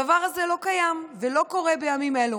הדבר הזה לא קיים ולא קורה בימים אלו,